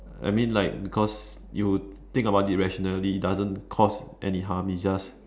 I mean like because you think about it rationally doesn't cause any harm it's just